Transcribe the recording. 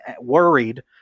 worried